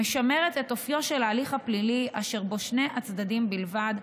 משמרת את אופיו של ההליך הפלילי אשר בו שני הצדדים בלבד,